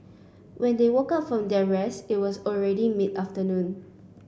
when they woke up from their rest it was already mid afternoon